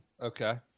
Okay